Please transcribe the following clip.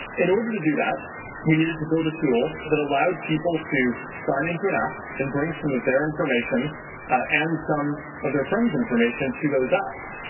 in order to do that we needed to build a tool that allowed people to sign into an app and bring some of their information and some of the friends' information to those apps.